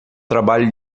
trabalho